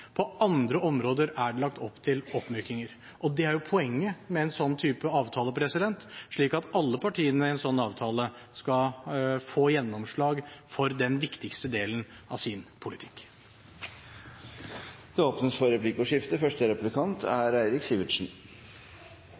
på andre områder er det lagt opp til oppmykninger. Det er poenget med denne typen avtaler, slik at alle partiene i en slik avtale skal få gjennomslag for den viktigste delen av sin politikk. Det åpnes for replikkordskifte.